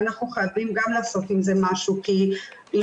ואנחנו חייבים גם לעשות עם זה משהו כי לא